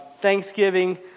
Thanksgiving